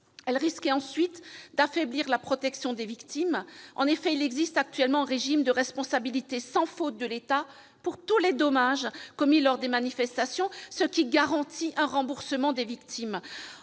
Elle risquait ensuite d'affaiblir la protection des victimes. En effet, le régime actuel de responsabilité sans faute de l'État pour tous les dommages commis lors des manifestations garantit le remboursement des victimes.